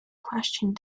questioned